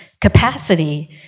capacity